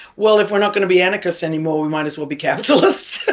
well, if we're not going to be anarchists anymore, we might as well be capitalists.